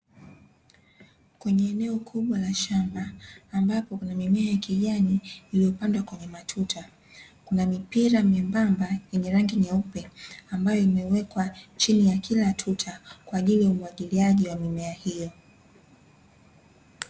Kwenye eneo kubwa la shamba ambapo kuna mimea ya kijani iliyopandwa kwenye matuta, kuna mipira myembamba yenye rangi nyeupe ambayo imewekwa chini ya kila tuta kwa ajili ya umwagiliaji wa mimea hiyo.